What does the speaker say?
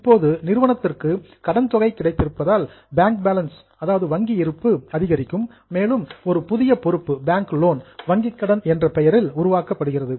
இப்போது நிறுவனத்திற்கு கடன் தொகை கிடைத்திருப்பதால் பேங்க் பேலன்ஸ் வங்கி இருப்பு அதிகரிக்கும் மேலும் ஒரு புதிய பொறுப்பு பேங்க் லோன் வங்கிக் கடன் என்ற பெயரில் உருவாக்கப்படுகிறது